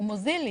הוא מוזיל לי.